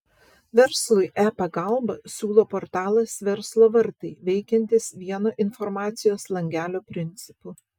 verslui e pagalbą siūlo portalas verslo vartai veikiantis vieno informacijos langelio principu